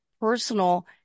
personal